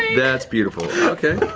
that's beautiful. okay.